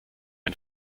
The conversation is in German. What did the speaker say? ein